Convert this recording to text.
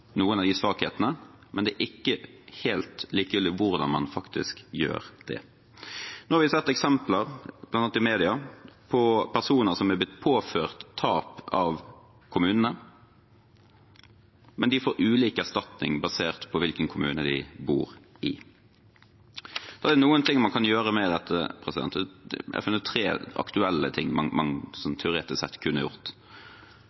noen av de svakhetene, men det er ikke helt likegyldig hvordan man faktisk gjør det. Nå har vi sett eksempler, bl.a. i media, på personer som er blitt påført tap av en kommune, men de får ulik erstatning basert på hvilken kommune de bor i. Da er det noen ting man kan gjøre med dette. Jeg har funnet tre aktuelle ting